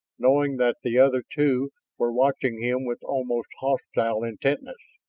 knowing that the other two were watching him with almost hostile intentness.